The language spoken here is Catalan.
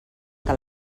que